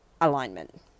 alignment